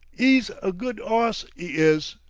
e's a good oss, e is,